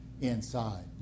inside